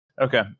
Okay